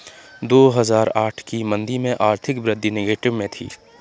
दो हजार आठ की मंदी में आर्थिक वृद्धि नेगेटिव में थी